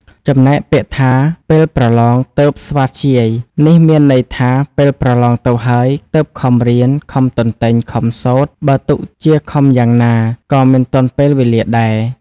ចំណែកពាក្យថាពេលប្រឡងទើបស្វាធ្យាយ នេះមានន័យថាពេលប្រលងទៅហើយ ទើបខំរៀន ខំទន្ទេញ ខំសូត្រ បើទុកជាខំយ៉ាងណា ក៏មិនទាន់ពេលវេលាដែរ ។